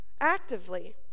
actively